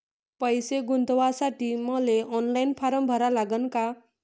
पैसे गुंतवासाठी मले ऑनलाईन फारम भरा लागन का?